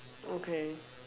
okay